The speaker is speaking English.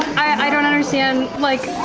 i don't understand, like,